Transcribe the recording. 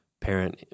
parent